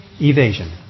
evasion